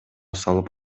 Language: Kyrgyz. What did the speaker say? салып